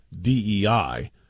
DEI